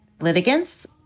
litigants